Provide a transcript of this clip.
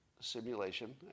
simulation